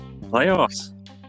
playoffs